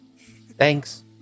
Thanks